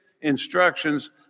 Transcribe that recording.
instructions